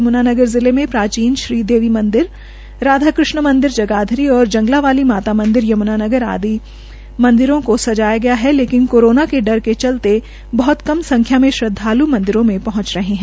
यमूना नगर जिले में प्राचीन श्री देवी भवन मंदिर राधा कृष्णा मंदिर जगाधरी जंगलावाली माता मंदिर यमूनानगर आदि मंदिरों को सजाया गया लेकिन कोरोना के डर के चलते बहत संख्या में श्रद्धाल् मंदिरों में पहुंच रहे है